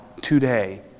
today